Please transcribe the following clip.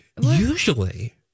usually